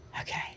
okay